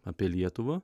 apie lietuvą